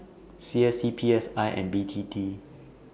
C S C P S I and B T T